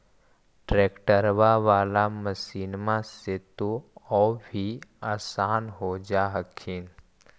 ट्रैक्टरबा बाला मसिन्मा से तो औ भी आसन हो जा हखिन?